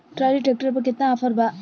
Trolley tractor पर केतना offer बा?